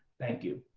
thank you.